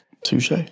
Touche